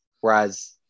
Whereas